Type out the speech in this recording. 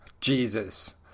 Jesus